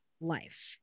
life